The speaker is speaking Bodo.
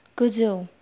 गोजौ